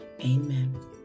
Amen